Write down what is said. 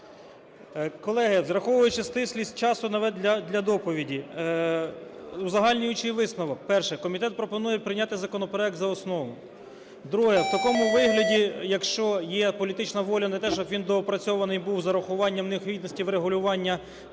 Колеги, враховуючи стислість часу для доповіді, узагальнюючий висновок. Перше. Комітет пропонує прийняти законопроект за основу. Друге. В такому вигляді, якщо є політична воля, не те, щоб він доопрацьований був з урахуванням необхідності врегулювання